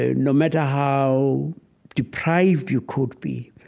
ah no matter how deprived you could be,